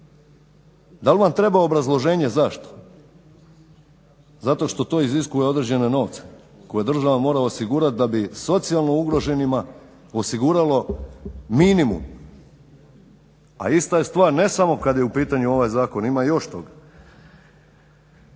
Da li vam treba obrazloženje zašto? Zato što to iziskuje određene novce koje je država morala osigurati da bi socijalno ugroženima osigurala minimum, a ista je stvar ne samo kad je u pitanju ovaj zakon ima još toga.